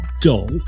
doll